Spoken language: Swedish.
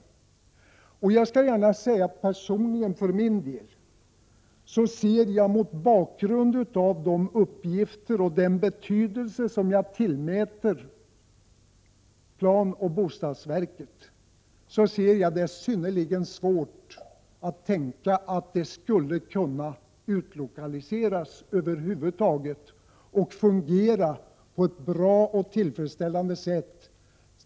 Mot bakgrund av de uppgifter planoch bostadsverket kommer att få och mot bakgrund av den betydelse jag tillmäter den verksamheten har jag personligen synnerligen svårt att tänka mig att verket över huvud taget skulle kunna utlokaliseras utan att man riskerar skadeverkningar när det gäller den svenska bostadspolitiken.